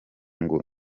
ngo